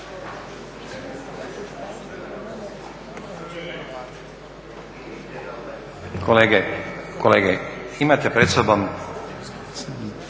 Izvolite. Kolege, imate pred sobom